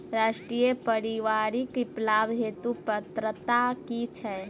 राष्ट्रीय परिवारिक लाभ हेतु पात्रता की छैक